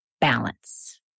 balance